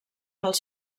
dels